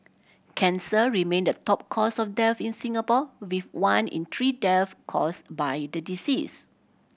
cancer remain the top cause of death in Singapore with one in three death caused by the disease